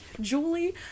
Julie